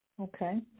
Okay